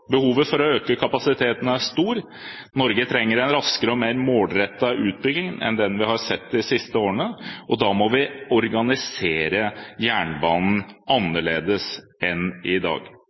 Behovet for å øke kapasiteten er stort. Norge trenger en raskere og mer målrettet utbygging enn den vi har sett de siste årene. Da må vi organisere jernbanen annerledes enn i dag.